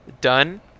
done